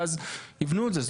ואז יבנו את זה.